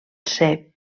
ser